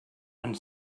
and